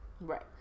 Right